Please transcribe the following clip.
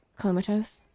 comatose